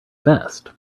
best